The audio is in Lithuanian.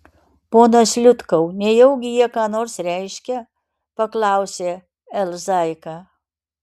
ponas liutkau nejaugi jie ką nors reiškia paklausė l zaika